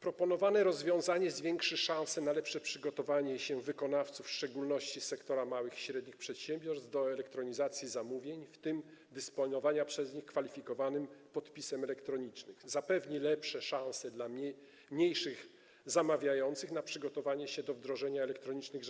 Proponowane rozwiązanie zwiększy szanse na lepsze przygotowanie się wykonawców, w szczególności z sektora małych i średnich przedsiębiorstw, do elektronizacji zamówień, w tym do dysponowania przez nich kwalifikowanym podpisem elektronicznym, zapewni lepsze szanse dla mniejszych zamawiających na przygotowanie się do wdrożenia elektronicznych